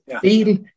feel